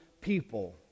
people